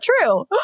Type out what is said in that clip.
true